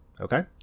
Okay